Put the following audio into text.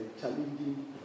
challenging